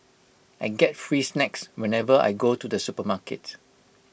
I get free snacks whenever I go to the supermarket